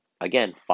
Again